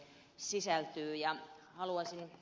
haluaisin ed